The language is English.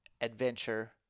adventure